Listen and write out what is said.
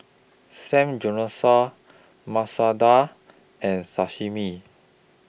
Samgeyopsal Masoor Dal and Sashimi